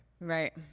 Right